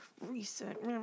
reset